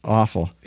awful